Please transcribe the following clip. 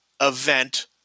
event